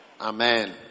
Amen